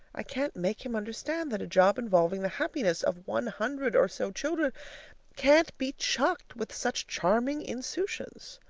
i can't make him understand that a job involving the happiness of one hundred or so children can't be chucked with such charming insouciance.